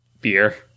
Beer